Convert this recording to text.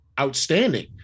outstanding